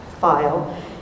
file